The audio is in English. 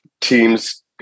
teams